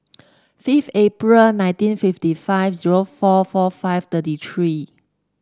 five April nineteen fifty five zero four four five thirty three